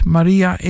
Maria